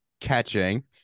catching